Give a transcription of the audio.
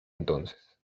entonces